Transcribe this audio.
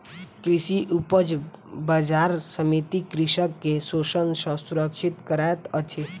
कृषि उपज बजार समिति कृषक के शोषण सॅ सुरक्षित करैत अछि